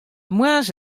moarns